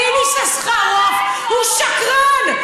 דין יששכרוף הוא שקרן.